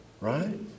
right